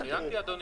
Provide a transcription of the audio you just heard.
ציינתי, אדוני.